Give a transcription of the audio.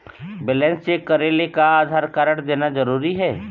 Balance check करेले का Aadhaar card देना जरूरी हे?